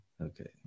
Okay